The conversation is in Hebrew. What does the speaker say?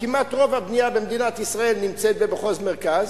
כמעט רוב הבנייה במדינת ישראל נמצאת במחוז מרכז,